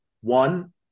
one